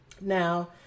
Now